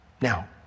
Now